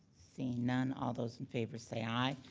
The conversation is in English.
seeing none, all those in favor say aye.